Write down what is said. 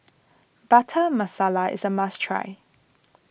Butter Masala is a must try